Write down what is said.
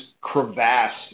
crevasse